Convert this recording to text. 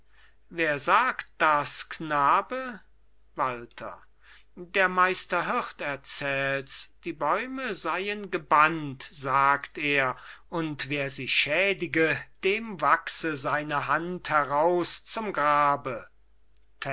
wer sagt das knabe walther der meister hirt erzählt's die bäume seien gebannt sagt er und wer sie schädige dem wachse seine hand heraus zum grabe